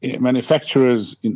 manufacturers